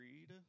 read